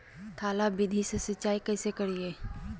थाला विधि से सिंचाई कैसे करीये?